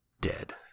dead